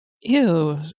Ew